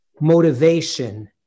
motivation